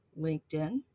LinkedIn